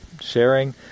sharing